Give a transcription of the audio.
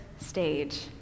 stage